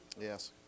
Yes